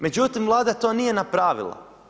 Međutim, Vlada to nije napravila.